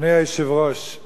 הם היו אחרי.